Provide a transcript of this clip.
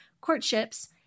courtships